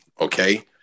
Okay